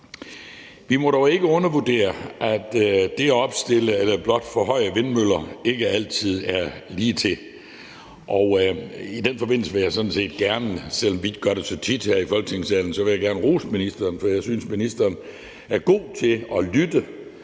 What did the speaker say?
Vi må dog ikke undervurdere, at det at opstille eller blot forhøje vindmøller ikke altid er ligetil, og i den forbindelse vil jeg sådan set gerne rose ministeren, selv om vi ikke gør det så tit her i Folketingssalen, for jeg synes, ministeren er god til at lytte,